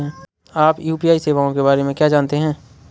आप यू.पी.आई सेवाओं के बारे में क्या जानते हैं?